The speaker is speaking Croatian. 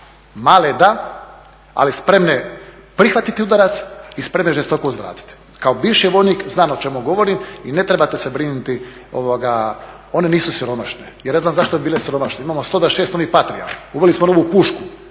male da, ali spremne prihvatiti udarac i spremne žestoko uzvratiti. Kao bivši vojnik znam o čemu govorim i ne trebate se brinuti, one nisu siromašne. Ja ne znam zašto bile siromašne imamo 126 onih … uveli smo novu pušku.